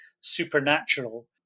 supernatural